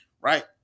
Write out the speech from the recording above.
right